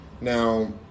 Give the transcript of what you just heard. now